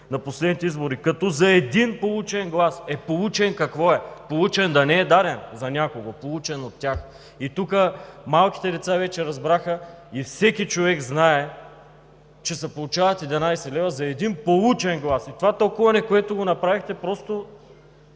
на последните избори, като за един получен глас…“. Е „получен“ какво е? „Получен“ да не е „даден“ за някого? Получен от тях. И тук малките деца вече разбраха, и всеки човек знае, че се получават 11 лв. за един получен глас. Това тълкуване, което направихте, просто